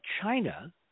China